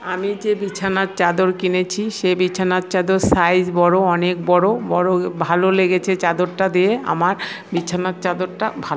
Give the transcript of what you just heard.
আমি যে বিছানার চাদর কিনেছি সেই বিছানার চাদর সাইজ বড় অনেক বড় বড় ভালো লেগেছে চাদরটা দিয়ে আমার বিছানার চাদরটা ভালো